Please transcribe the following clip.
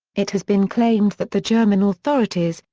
it has been claimed that the german authorities,